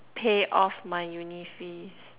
pay off my uni fees